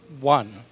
one